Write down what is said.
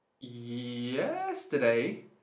yesterday